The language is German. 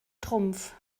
trumpf